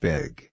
Big